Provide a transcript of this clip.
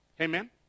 Amen